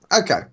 Okay